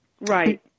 Right